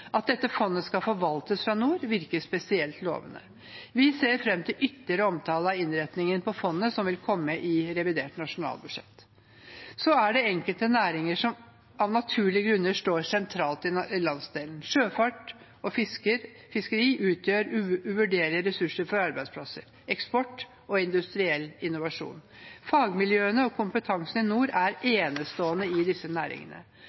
At dette fondet skal forvaltes fra nord, virker spesielt lovende. Vi ser fram til ytterligere omtale av innretningen på fondet, som vil komme i revidert nasjonalbudsjett. Så er det enkelte næringer som av naturlige grunner står sentralt i landsdelen. Sjøfart og fiskeri utgjør uvurderlige ressurser for arbeidsplasser, eksport og industriell innovasjon. Fagmiljøene og kompetansen i nord er enestående i disse næringene.